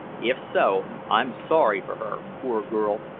if so, i'm sorry for her, poor girl.